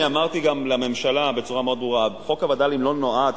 ואני אמרתי גם לממשלה בצורה מאוד ברורה: חוק הווד"לים לא נועד,